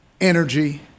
energy